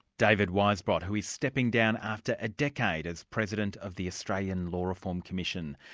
david weisbrot, who is stepping down after a decade as president of the australian law reform commission.